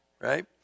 Right